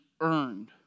earned